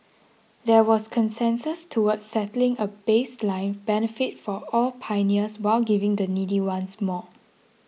there was consensus towards setting a baseline benefit for all pioneers while giving the needy ones more